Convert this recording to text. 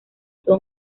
son